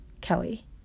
Kelly